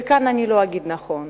וכאן אני לא אגיד נכון.